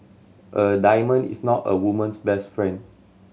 a diamond is not a woman's best friend